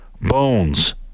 Bones